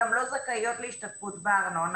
הן גם לא זכאיות להשתתפות בארנונה,